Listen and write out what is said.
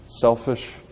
selfish